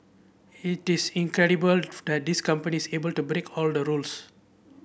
it is incredible of that this company is able to break all the rules